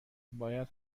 باید